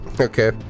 Okay